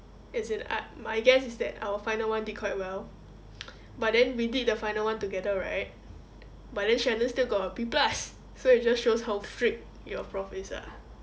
as in I my guess is that our final one did quite well but then we did the final one together right but then shannon still got a B plus so it just shows how freak your prof is ah